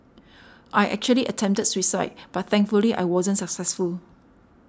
I actually attempted suicide but thankfully I wasn't successful